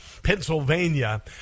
Pennsylvania